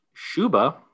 Shuba